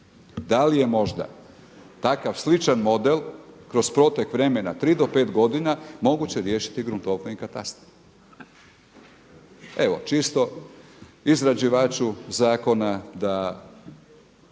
Da li je možda takav sličan model kroz protek vremena tri do pet godina moguće riješiti gruntovno i katastar? Evo čisto izrađivaču zakona da,